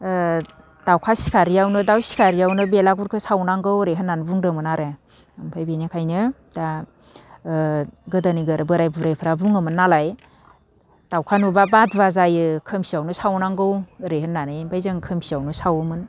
ओ दाउखा सिखारैयावनो दाउ सिखारैयावनो बेलागुरखौ सावनांगौ ओरै होननानै बुंदोंमोन आरो ओमफाय बिनिखायनो दा ओ गोदोनि बोराइ बुरिफ्रा बुङोमोननालाय दाउखा नुब्ला बादुवा जायो खोमसियावनो सावनांगौ ओरै होननानै ओमफाय जों खोमसियावनो सावोमोन